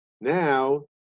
Now